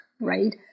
Right